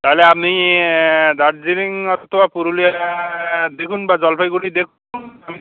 তাহলে আপনি দার্জিলিং অথবা পুরুলিয়া দেখুন বা জলপাইগুড়ি দেখুন আপনি